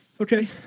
Okay